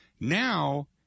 Now